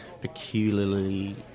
peculiarly